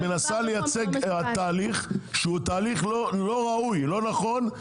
כי את מנסה לייצג תהליך לא ראוי, לא נכון.